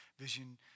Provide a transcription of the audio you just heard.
vision